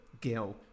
Gil